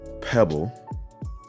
pebble